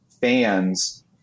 fans